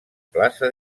plaça